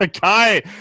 guy –